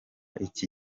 iki